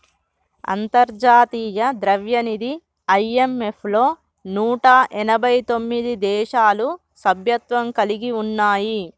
అంతర్జాతీయ ద్రవ్యనిధి ఐ.ఎం.ఎఫ్ లో నూట ఎనభై తొమ్మిది దేశాలు సభ్యత్వం కలిగి ఉన్నాయి